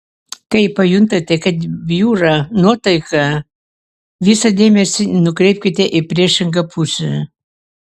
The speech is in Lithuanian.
kai pajuntate kad bjūra nuotaika visą dėmesį nukreipkite į priešingą pusę